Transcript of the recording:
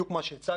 בדיוק כמו שהצגנו.